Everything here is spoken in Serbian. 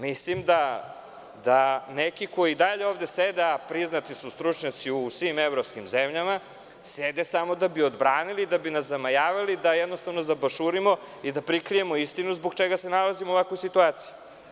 Mislim da neki koji i dalje ovde sede, a priznati su stručnjaci u svim evropskim zemljama, sede samo da bi odbranili, da bi nas zamajavali, da jednostavno zabašurimo i da prikrijemo istinu zbog čega se nalazimo u ovakvoj situaciji.